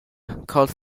called